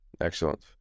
Excellent